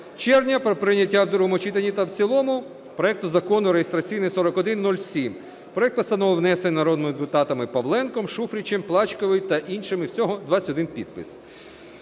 червня про прийняття в другому читанні та в цілому проекту Закону реєстраційний 4107. Проект постанови внесений народними депутатами Павленком, Шуфричем, Плачковою та іншими, всього 21 підпис.